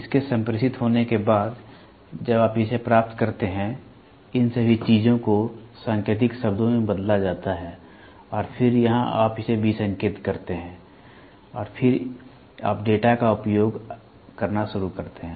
इसके संप्रेषित होने के बाद जब आप इसे प्राप्त करते हैं इन सभी चीजों को सांकेतिक शब्दों में बदला जाता है और फिर यहां आप इसे विसंकेत करते हैं और फिर आप डेटा का उपयोग करना शुरू करते हैं